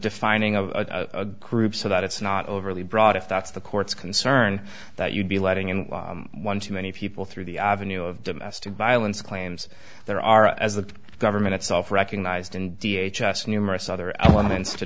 defining a group so that it's not overly broad if that's the court's concern that you'd be letting in one too many people through the avenue of domestic violence claims there are as the government itself recognized in d h s numerous other elements to